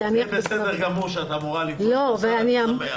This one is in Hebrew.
בסדר גמור שאת אמורה לפגוש את השר, אני שמח.